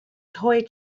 toy